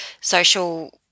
social –